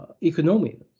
economy